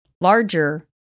larger